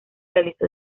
realizó